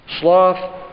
Sloth